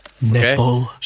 Nipple